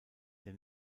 der